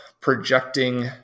projecting